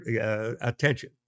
attention